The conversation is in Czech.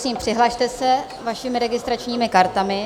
Prosím, přihlaste se svými registračními kartami.